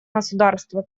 государства